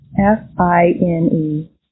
F-I-N-E